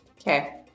okay